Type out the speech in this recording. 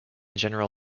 general